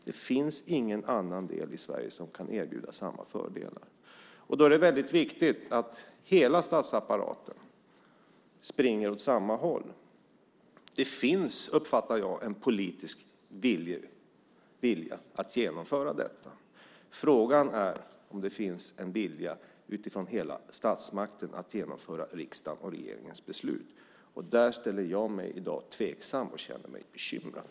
Det finns ingen annan del i Sverige som kan erbjuda samma fördelar. Då är det väldigt viktigt att hela statsapparaten springer åt samma håll. Det finns, uppfattar jag, en politisk vilja att genomföra detta. Frågan är om det finns en vilja från hela statsmakten att genomföra riksdagens och regeringens beslut. Till det ställer jag mig i dag tveksam och känner mig bekymrad.